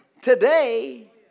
today